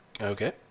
Okay